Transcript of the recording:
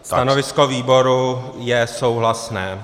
Stanovisko výboru je souhlasné.